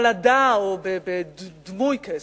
או בדמוי כסף,